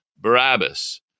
Barabbas